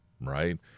right